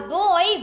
boy